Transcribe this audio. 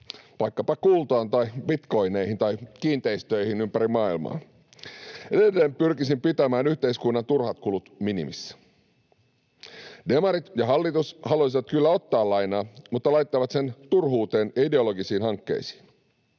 vaikkapa kultaan tai bitcoineihin tai kiinteistöihin ympäri maailmaa. Edelleen pyrkisin pitämään yhteiskunnan turhat kulut minimissä. Demarit ja hallitus haluavat kyllä ottaa lainaa, mutta he laittavat sen turhuuteen ja ideologisiin hankkeisiin.